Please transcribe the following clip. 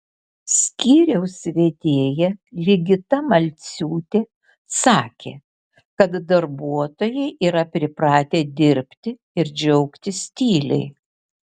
skyriaus vedėja ligita malciūtė sakė kad darbuotojai yra pripratę dirbti ir džiaugtis tyliai